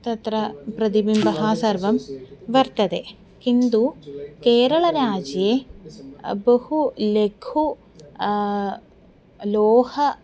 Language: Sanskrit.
तत्र प्रतिबिम्बः सर्वं वर्तते किन्तु केरलराज्ये बहु लेखः लोहः